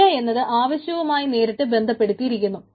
പിഴ എന്നത് ആവശ്യവുമായി നേരിട്ട് ബന്ധപ്പെട്ടിരിക്കുന്നു